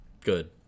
Good